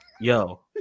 Yo